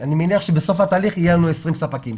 אני מניח שבסוף התהליך יהיו לנו 20 ספקים.